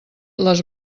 les